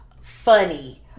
funny